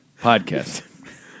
Podcast